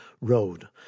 Road